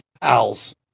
Pals